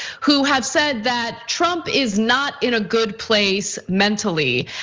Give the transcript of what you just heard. who have said that trump is not in a good place mentally.